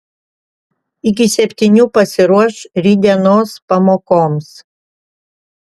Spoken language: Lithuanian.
iki septynių pasiruoš rytdienos pamokoms